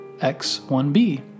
X-1B